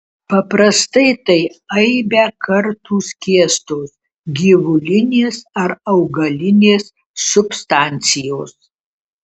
paprastai tai aibę kartų skiestos gyvulinės ar augalinės substancijos